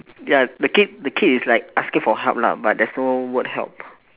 ya the kid the kid is like asking for help lah but there's no word help